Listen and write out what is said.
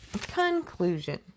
Conclusion